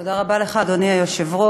תודה רבה לך, אדוני היושב-ראש.